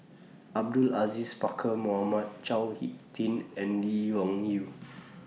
Abdul Aziz Pakkeer Mohamed Chao Hick Tin and Lee Wung Yew